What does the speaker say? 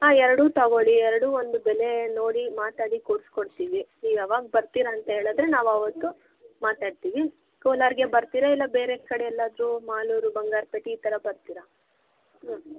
ಹಾಂ ಎರಡೂ ತಗೊಳ್ಳಿ ಎರಡೂ ಒಂದು ಬೆಲೆ ನೋಡಿ ಮಾತಾಡಿ ಕೊಡ್ಸ್ಕೊಡ್ತಿವಿ ನೀವು ಯಾವಾಗ ಬರ್ತೀರ ಅಂತ್ಹೇಳಿದ್ರೆ ನಾವವತ್ತು ಮಾತಾಡ್ತೀವಿ ಕೋಲಾರ್ಗೆ ಬರ್ತೀರಾ ಇಲ್ಲ ಬೇರೆ ಕಡೆ ಎಲ್ಲಾದರೂ ಮಾಲೂರು ಬಂಗಾರಪೇಟೆ ಈ ಥರ ಬರ್ತೀರಾ